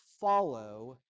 follow